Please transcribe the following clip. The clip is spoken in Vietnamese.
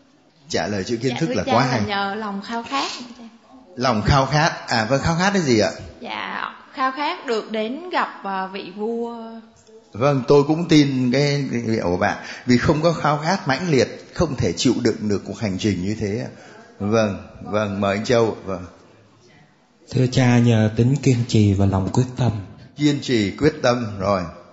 Trả lời chữ kiến Dạ, thức thưa là cha quá là hay. nhờ lòng khao khát. Lòng khao khát. À, vâng, khao khát cái gì ạ? Dạ, khao khát được đến gặp, à, vị vua. Vâng, tôi cũng tin cái- cái liệu của bạn. Vì không có khao khát mãnh liệt, không thể chịu đựng được cuộc hành trình như thế ạ. Vâng, vâng, mời anh Châu, vâng. Thưa cha, nhờ tính kiên trì và lòng quyết tâm. Kiên trì, quyết tâm, rồi.